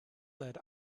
let